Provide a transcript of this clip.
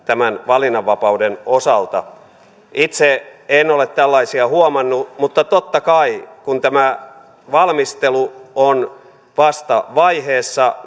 tämän valinnanvapauden osalta itse en ole tällaista huomannut mutta totta kai kun tämä valmistelu on vasta vaiheessa